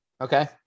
okay